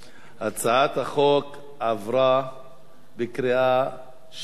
הצעת החוק עברה בקריאה שנייה.